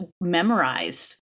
memorized